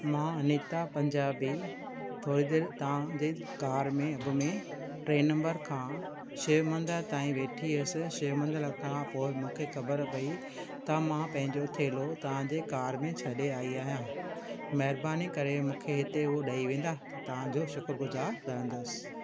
मां अनीता पंजाबी थोरी देरि तव्हांजी कार में घुमी टे नंबर खां शिव मंदरु ताईं वेठी हुअसि शिव मंदर खां पोइ मूंखे ख़बरु पई त मां पंहिंजो थेलो तव्हांजे कार में छॾे आई आहियां महिरबानी करे मूंखे उहा हिते ॾेइ वेंदा त तव्हांजो शुक्रगुज़ारु रहंदसि